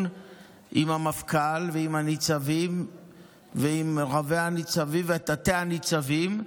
עם המפכ"ל ועם הניצבים ועם רבי-ניצבים ותתי-ניצבים,